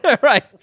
right